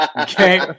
Okay